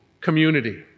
community